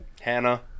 Hannah